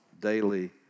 Daily